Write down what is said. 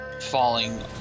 falling